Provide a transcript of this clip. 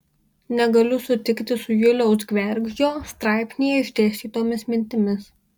negaliu sutikti su juliaus gvergždžio straipsnyje išdėstytomis mintimis